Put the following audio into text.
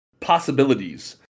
Possibilities